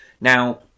Now